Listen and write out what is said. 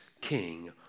king